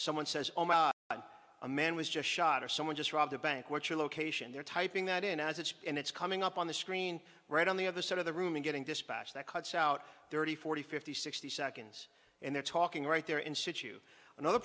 someone says a man was just shot or someone just robbed a bank what's your location they're typing that in as it's and it's coming up on the screen right on the other side of the room and getting dispatch that cuts out thirty forty fifty sixty seconds and they're talking right there in situ another